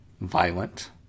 violent